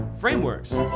Frameworks